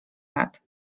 lat